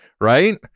right